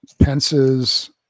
Pence's